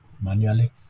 manually